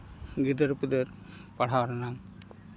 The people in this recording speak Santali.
ᱜᱤᱫᱟᱹᱨ ᱯᱤᱫᱟᱹᱨ ᱯᱟᱲᱦᱟᱣ ᱨᱮᱱᱟᱜ